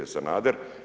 Sanader.